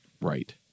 Right